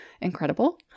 incredible